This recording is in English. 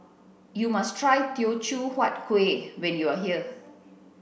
you must try Teochew Huat Kueh when you are here